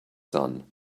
son